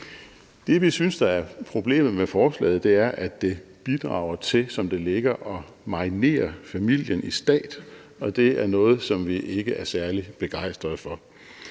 Det, vi synes er problemet med forslaget, er, at det bidrager til, som det ligger, at marinere familien i stat, og det er noget, som vi ikke er særlig begejstret for.